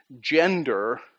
gender